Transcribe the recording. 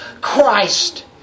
Christ